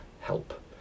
help